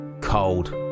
cold